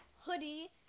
hoodie